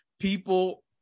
People